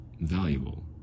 valuable